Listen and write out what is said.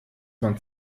man